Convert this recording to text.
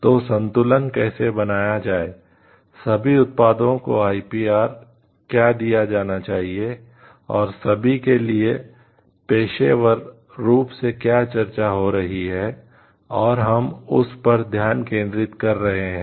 तो संतुलन कैसे बनाया जाए सभी उत्पादों को आईपीआर क्या दिया जाना चाहिए और सभी के लिए पेशेवर रूप से क्या चर्चा हो रही है और हम उस पर ध्यान केंद्रित कर रहे हैं